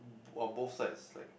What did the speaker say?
on both sides like